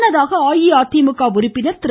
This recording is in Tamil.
முன்னதாக அஇஅதிமுக உறுப்பினர் திரு